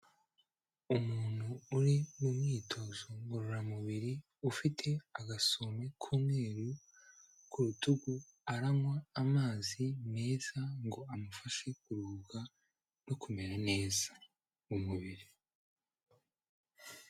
Umuntu uri mu myitozo ngororamubiri ufite agasume k'umweru ku rutugu, aranywa amazi meza ngo amufashe kuruhuka no kumera neza mu mubiri.